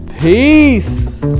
Peace